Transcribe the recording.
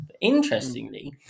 interestingly